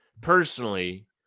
personally